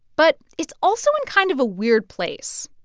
but it's also in kind of a weird place.